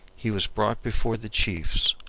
he was brought before the chiefs,